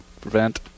prevent